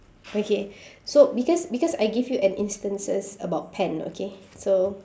okay so because because I gave you an instances about pen okay so